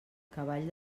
cavall